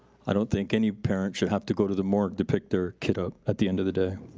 i don't think any parent should have to go to the morgue to pick their kid up at the end of the day.